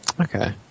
Okay